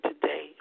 today